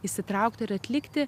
įsitraukti ir atlikti